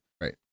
Right